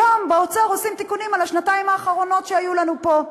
היום באוצר עושים תיקונים על השנתיים האחרונות שהיו לנו פה.